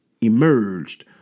emerged